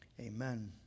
Amen